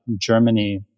Germany